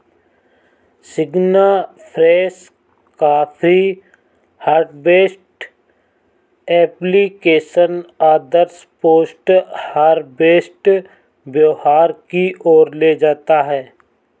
सिग्नाफ्रेश का pre harvest application आदर्श post harvest व्यवहार की ओर ले जाता है